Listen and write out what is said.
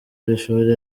ishuri